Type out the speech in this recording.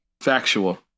factual